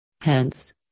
Hence